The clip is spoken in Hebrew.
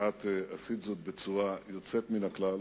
עשית זאת בצורה יוצאת מן הכלל,